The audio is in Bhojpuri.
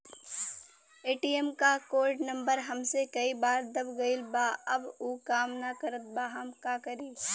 ए.टी.एम क कोड नम्बर हमसे कई बार दब गईल बा अब उ काम ना करत बा हम का करी?